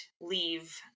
leave